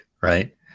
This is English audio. right